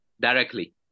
directly